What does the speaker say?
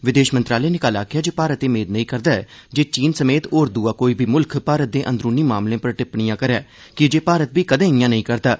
विदेश मंत्रालय नै कल आखेआ जे भारत एह् मेद नेईं करदा जे चीन समेत होर दुए मुल्ख भारत दे अंदरूनी मामलें पर टिप्पणियां करन कीजे भारत बी कदें ईआं नेई करदा ऐ